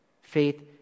Faith